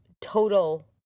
total